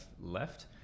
left